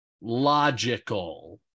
logical